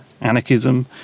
anarchism